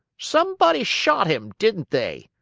somebody shot him, didn't they?